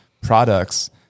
products